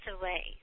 away